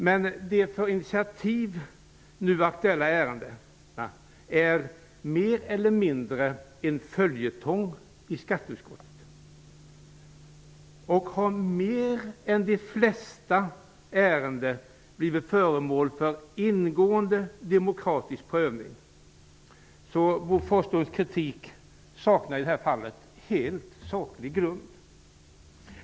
Men de för initiativ nu aktuella ärendena är mer eller mindre en följetong i skatteutskottet och har mer än de flesta ärenden blivit föremål för en ingående demokratisk prövning. Bo Forslunds kritik saknar således i det här fallet helt och hållet saklig grund.